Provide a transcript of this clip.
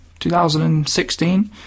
2016